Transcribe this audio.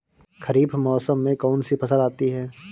खरीफ मौसम में कौनसी फसल आती हैं?